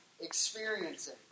experiencing